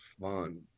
fun